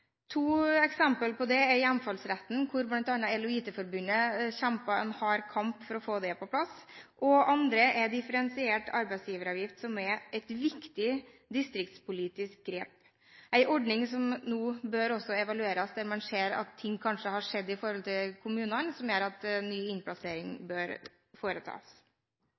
to eksempler på det. Det ene er hjemfallsretten. Blant annet kjempet EL & IT Forbundet en hard kamp for å få den på plass. Det andre er differensiert arbeidsgiveravgift, som er et viktig distriktspolitisk grep, en ordning som nå bør evalueres, der man ser at ting kanskje har skjedd i kommunene som gjør at ny innplassering bør foretas.